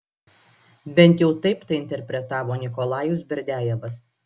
bent jau taip tai interpretavo nikolajus berdiajevas